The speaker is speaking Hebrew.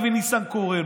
אבי ניסנקורן,